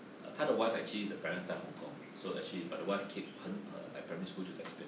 uh 他的 wife actually the parents 在 hong-kong so actually but the wife keep 很 err like primary school 就在这边 liao